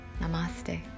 Namaste